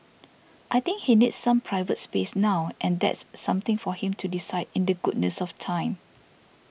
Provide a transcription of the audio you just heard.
I think he needs some private space now and that's something for him to decide in the goodness of time